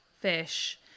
fish